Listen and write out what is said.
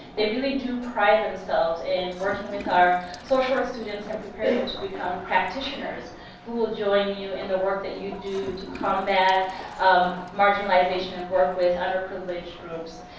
they really do pride themselves in working with our social work students and preparing them to become practitioners who will join you in the work that you do to combat um marginalization and work with underprivileged groups.